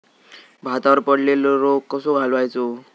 भातावर पडलेलो रोग कसो घालवायचो?